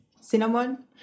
Cinnamon